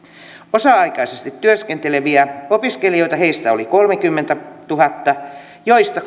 osa aikaisesti työskenteleviä opiskelijoita heistä oli kolmekymmentätuhatta joista